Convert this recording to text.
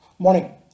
Morning